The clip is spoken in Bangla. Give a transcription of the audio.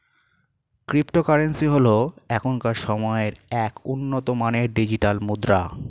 ক্রিপ্টোকারেন্সি হল এখনকার সময়ের এক উন্নত মানের ডিজিটাল মুদ্রা